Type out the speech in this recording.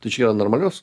tai čia yra normalios